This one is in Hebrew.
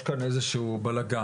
יש כאן איזה שהוא בלגן,